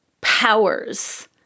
powers